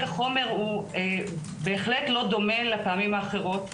החומר הוא בהחלט לא דומה לפעמים האחרות.